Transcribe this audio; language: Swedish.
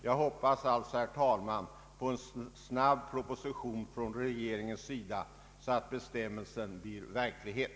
Jag hoppas alltså, herr talman, på en snabb proposition från regeringens sida så att bestämmelsen blir verklighet.